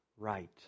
right